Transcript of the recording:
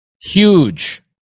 Huge